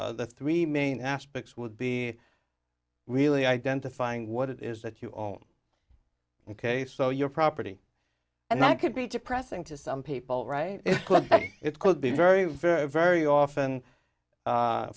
the three main aspects would be really identifying what it is that you own ok so your property and that could be depressing to some people right it could be very very very often